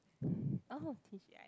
oh t_g_i_f